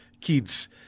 kids